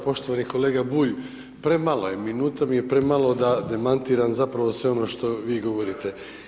Poštovani kolega Bulj, premalo je, minuta mi je premalo da demantiram zapravo sve ono što vi govorite.